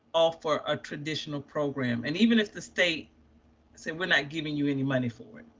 offer a traditional program. and even if the state said, we're not giving you any money for it,